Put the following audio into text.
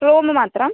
room മാത്രം